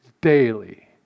daily